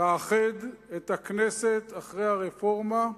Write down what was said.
תאחד את הכנסת מאחורי הרפורמה.